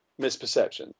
misperception